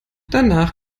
danach